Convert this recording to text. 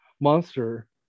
monster